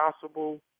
possible